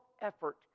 effort